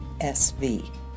SV